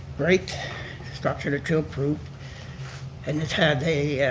rate structure that you approved and it had a